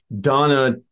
Donna